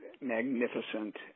magnificent